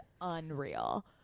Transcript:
unreal